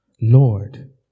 Lord